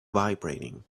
vibrating